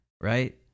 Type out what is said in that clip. right